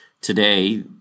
today